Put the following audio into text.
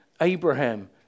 Abraham